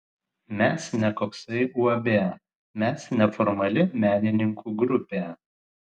mes ne koksai uab mes neformali menininkų grupė